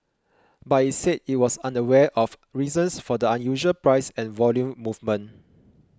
but it said it was unaware of reasons for the unusual price and volume movement